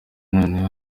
noneho